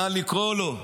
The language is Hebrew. נא לקרוא לו.